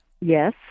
Yes